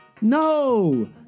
no